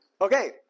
Okay